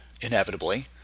Inevitably